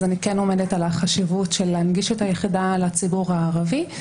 אז אני כן עומדת על החשיבות של הנגשת היחידה לציבור הערבי.